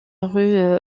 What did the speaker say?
rue